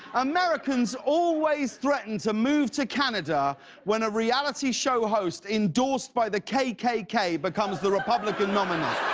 americans always threaten to move to canada when a reality show host endorsed by the kkk becomes the republican nominee.